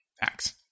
Facts